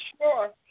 sure